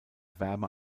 wärme